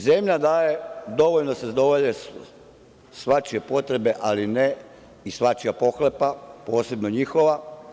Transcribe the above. Zemlja daje dovoljno da se zadovolje svačije potrebe, ali ne i svačija pohlepa, posebno njihova.